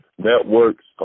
Networks